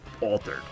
altered